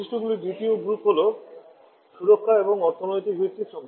বৈশিষ্ট্যগুলির দ্বিতীয় গ্রুপ হল সুরক্ষা এবং অর্থনৈতিক ভিত্তি